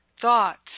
thoughts